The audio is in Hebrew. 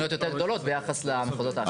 תוכניות יותר גדולות ביחס למחוזות האחרים.